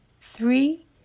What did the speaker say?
three